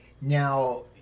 Now